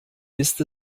ist